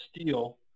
steel